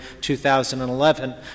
2011 —